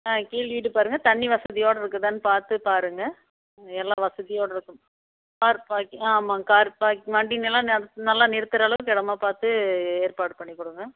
ஆ கீழ் வீடு பாருங்கள் தண்ணி வசதியோடு இருக்குதான்னு பார்த்து பாருங்கள் எல்லா வசதியோடு இருக்கணும் கார் பார்க்கிங் ஆமாங்க கார் பார்க்கிங் வண்டில்லாம் நல்லா நிறுத்துகிற அளவுக்கு இடமா பார்த்து ஏற்பாடு பண்ணி கொடுங்க